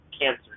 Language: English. cancer